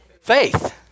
faith